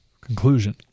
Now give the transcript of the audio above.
conclusion